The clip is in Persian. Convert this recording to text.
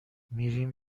میریم